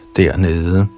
dernede